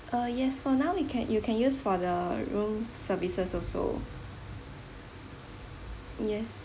uh yes for now we can you can use for the room services also yes